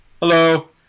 Hello